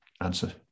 answer